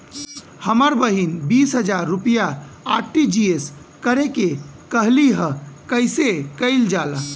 हमर बहिन बीस हजार रुपया आर.टी.जी.एस करे के कहली ह कईसे कईल जाला?